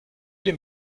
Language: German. den